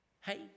Hey